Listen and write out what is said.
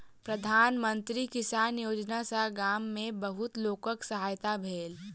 प्रधान मंत्री किसान योजना सॅ गाम में बहुत लोकक सहायता भेल